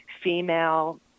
female